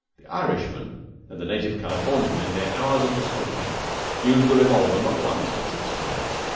the irishman and the native californian in their hours of discontent use the revolver, not once, but six times.